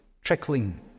trickling